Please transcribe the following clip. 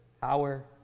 Power